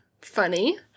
funny